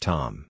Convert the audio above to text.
Tom